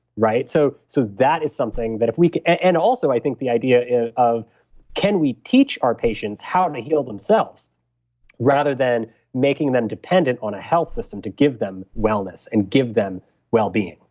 so so that is something that if we can. and also, i think the idea of can we teach our patients how to heal themselves rather than making them dependent on a health system to give them wellness and give them wellbeing,